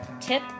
tip